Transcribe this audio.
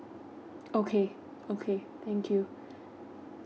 okay okay thank you